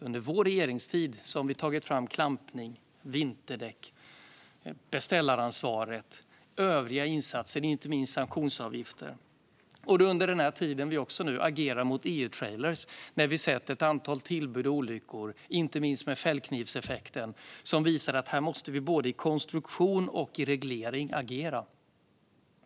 Under vår regeringstid har vi tagit fram klampning, vinterdäck, beställaransvaret och övriga insatser, inte minst sanktionsavgifter. Under den här tiden har vi agerat mot EU-trailrar eftersom vi har sett ett antal tillbud och olyckor, inte minst med fällknivseffekten, som har visat att vi måste agera när det gäller både konstruktion och regleringar.